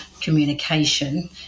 communication